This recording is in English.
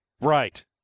Right